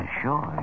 sure